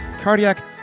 cardiac